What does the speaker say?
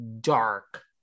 dark